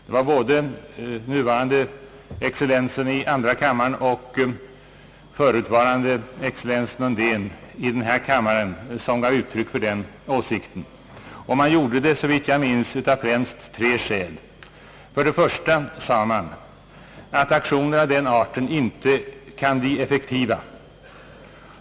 Både den nuvarande excellensen, i andra kammaren, och den förutvarande excellensen, herr Undén, i denna kammare, gav uttryck för den åsikten. Såvitt jag minns gjorde de det främst av tre skäl. För det första därför att aktioner av den arten inte kan bli effektiva.